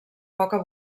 poca